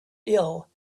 ill